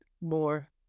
more